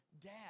Dad